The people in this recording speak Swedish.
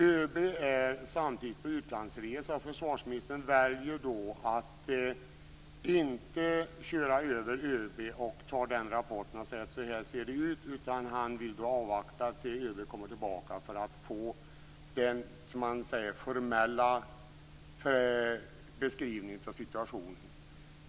ÖB är samtidigt på utlandsresa. Försvarsministern väljer då att inte köra över ÖB och hänvisa till rapporten och säga att så ser det ut, utan han vill avvakta tills ÖB kommer tillbaka för att, som han säger, få den formella beskrivningen av situationen.